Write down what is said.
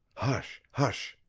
hush! hush!